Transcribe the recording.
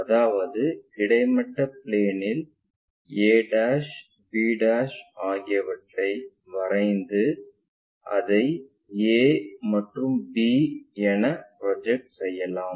அதாவது கிடைமட்ட பிளேன்நில் a b ஆகியவற்றை வரைந்து அதை a மற்றும் b என ப்ரொஜெக்ட் செய்யலாம்